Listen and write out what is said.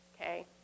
Okay